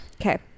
Okay